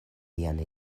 vian